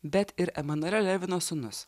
bet ir emanuelio levino sūnus